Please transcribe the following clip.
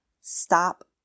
stop